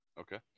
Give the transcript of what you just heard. Okay